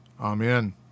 Amen